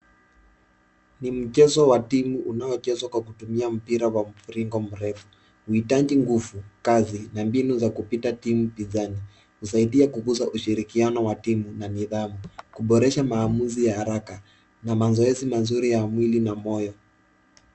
Ni mchezo wa timu unaochezwa kwa kutumia mpira wa mviringo mrefu, huhitaji nguvu, kasi na mbinu za kupita timu binzani. Husaidia kukuza ushirikiano wa timu na nidhamu, kuboresha maamuzi ya haraka na mazoezi mazuri ya mwili na moyo.